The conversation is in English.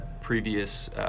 previous